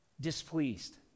displeased